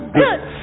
good